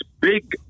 big